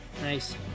Nice